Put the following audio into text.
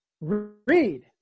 read